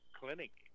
clinic